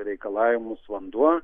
reikalavimus vanduo